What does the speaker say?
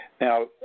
Now